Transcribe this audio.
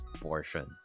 portion